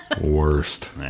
Worst